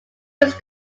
was